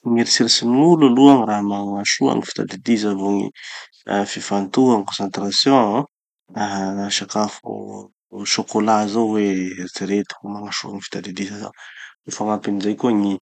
Gny eritseritsin'ny gn'olo aloha, gny raha magnasoa gny fitadidiza vo gny fifantoha concentration, ah sakafo au chocolat zao hoe eritsereto fa magnasoa gny fitatididiza zao. Ho fagnampin'izay koa gny